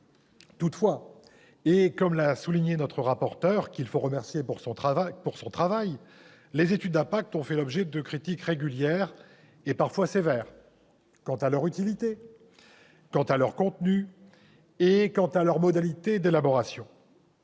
Toutefois, comme l'a souligné notre rapporteur, qu'il faut remercier de son travail, les études d'impact ont fait l'objet de critiques régulières et parfois sévères quant à leur utilité, à leur contenu et à leurs modalités d'élaboration.